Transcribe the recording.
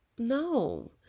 no